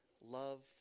love